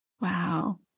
Wow